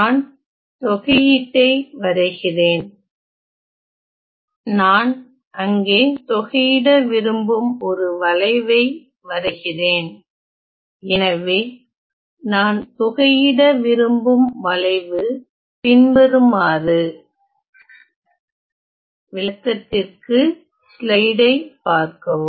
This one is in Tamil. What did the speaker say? நான் தொகையீட்டை வரைகிறேன் நான் அங்கே தொகையிட விரும்பும் ஒரு வளைவை வரைகிறேன் எனவே நான் தொகையிட விரும்பும் வளைவு பின்வருமாறு விளக்கத்திற்கு ஸ்லைடை பார்க்கவும்